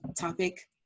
topic